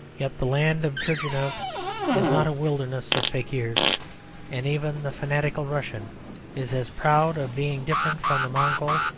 yet the land of turgenev is not a wilderness of fakirs and even the fanatical russian is as proud of being different from the mongol,